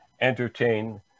entertain